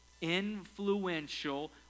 influential